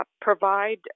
Provide